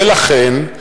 ולכן,